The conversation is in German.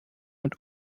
und